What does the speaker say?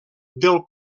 del